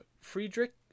Friedrich